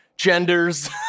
genders